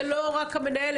זה לא רק המנהל,